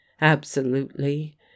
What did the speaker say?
Absolutely